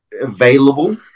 available